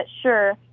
sure